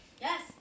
Yes